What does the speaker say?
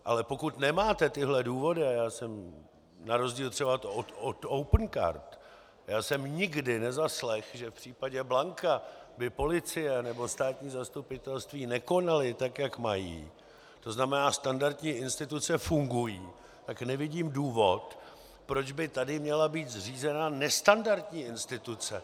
Ale pokud nemáte tyhle důvody, a já jsem na rozdíl třeba od Opencard nikdy nezaslechl, že v případě Blanky by policie nebo státní zastupitelství nekonaly tak, jak mají, to znamená standardní instituce fungují, tak nevidím důvod, proč by tady měla být zřízena nestandardní instituce.